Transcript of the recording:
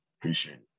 appreciate